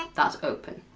that's open.